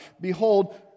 Behold